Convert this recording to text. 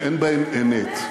שאין בהן אמת.